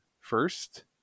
first